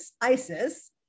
ISIS